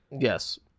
Yes